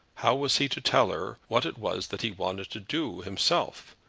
how was he to tell her what it was that he wanted to do himself,